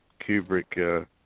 Kubrick